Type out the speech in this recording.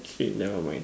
K never mind